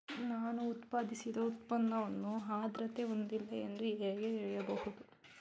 ನಾನು ಉತ್ಪಾದಿಸಿದ ಉತ್ಪನ್ನವು ಆದ್ರತೆ ಹೊಂದಿಲ್ಲ ಎಂದು ಹೇಗೆ ತಿಳಿಯಬಹುದು?